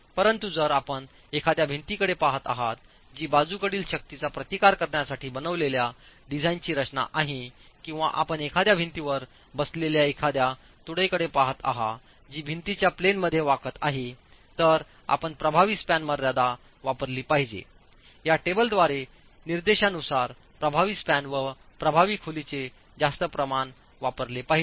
परंतु जर आपण एखाद्या भिंतीकडे पहात आहात जी बाजूकडील शक्तींचा प्रतिकार करण्यासाठी बनवलेल्या डिझाइनची रचना आहे किंवा आपण एखाद्या भिंतीवर बसलेल्या एखाद्या तुळईकडे पहात आहात जी भिंतीच्या प्लेन मध्ये वाकत आहे तर आपण प्रभावी स्पॅन मर्यादा वापरली पाहिजे या टेबलद्वारे निर्देशानुसार प्रभावी स्पॅन व प्रभावी खोलीचे जास्त प्रमाण वापरले पाहिजे